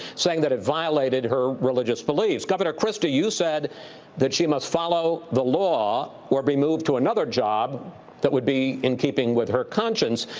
saying that it violated her religious beliefs. governor christie, you said that she must follow the law or be moved to another job that would be in keeping with her conscience.